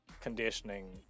conditioning